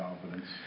confidence